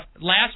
last